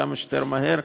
כמה שיותר מהר,